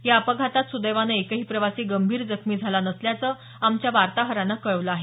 या अपघातात सुदैवानं एकही प्रवासी गंभीर जखमी झाला नसल्याचं आमच्या वार्ताहरानं कळवलं आहे